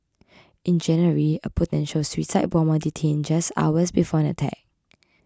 in January a potential suicide bomber detained just hours before an attack